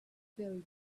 very